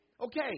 Okay